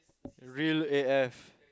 real A_F